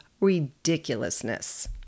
ridiculousness